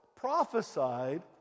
prophesied